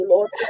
Lord